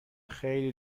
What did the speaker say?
خیلی